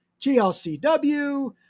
GLCW